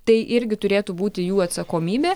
tai irgi turėtų būti jų atsakomybė